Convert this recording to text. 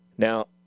Now